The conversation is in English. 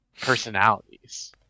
personalities